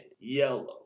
yellow